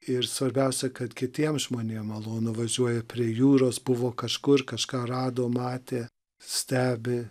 ir svarbiausia kad kitiem žmonėm malonu važiuoja prie jūros buvo kažkur kažką rado matė stebi